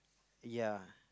ya